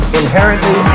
inherently